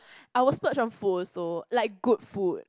I will splurge on food also like good food